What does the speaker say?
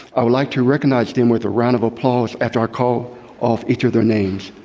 i would like to recognize them with a round of applause after i call off each of their names.